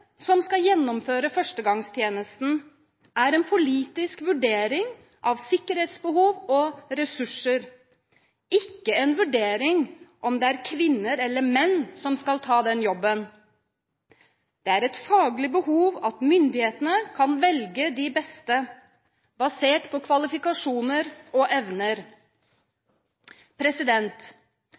som skal gjennomføre førstegangstjenesten, er en politisk vurdering av sikkerhetsbehov og ressurser, ikke en vurdering av om det er kvinner eller menn som skal ta den jobben. Det er et faglig behov at myndighetene kan velge de beste, basert på kvalifikasjoner og evner.